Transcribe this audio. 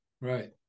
Right